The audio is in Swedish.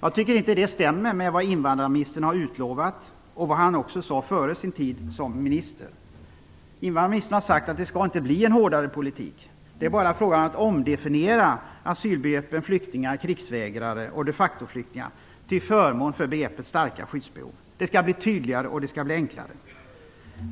Jag tycker inte att det stämmer med vad invandrarministern har utlovat och vad han också sade före sin tid som minister. Invandrarministern har sagt att det inte skall bli en hårdare politik. Det är bara fråga om att omdefiniera asylbegreppen "flyktingar", "krigsvägrare" och "defacto-flyktingar" till förmån för begreppet "starka skyddsbehov". Det skall bli tydligare och enklare.